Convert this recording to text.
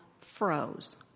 froze